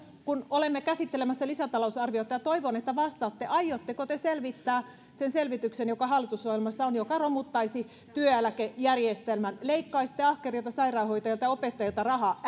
kun olemme käsittelemässä lisätalousarviota ja toivon että vastaatte aiotteko te selvittää sen selvityksen joka hallitusohjelmassa on joka romuttaisi työeläkejärjestelmän leikkaisitte ahkerilta sairaanhoitajilta ja opettajilta rahaa